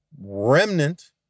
remnant